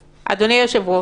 ליואב.